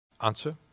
Answer